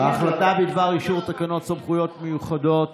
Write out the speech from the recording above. ההחלטה בדבר אישור תקנות סמכויות מיוחדות